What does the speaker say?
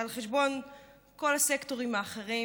על חשבון כל הסקטורים האחרים.